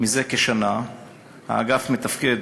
זה כשנה האגף מתפקד